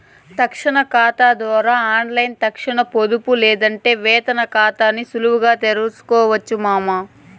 తక్షణ కాతా ద్వారా ఆన్లైన్లో తక్షణ పొదుపు లేదంటే వేతన కాతాని సులువుగా తెరవొచ్చు మామా